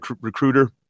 recruiter